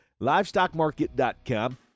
LivestockMarket.com